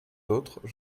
d’autres